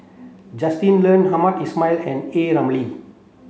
Justin Lean Hamed Ismail and A Ramli